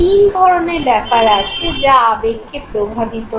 তিন ধরণের ব্যাপার আছে যা আবেগকে প্রভাবিত করে